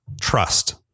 trust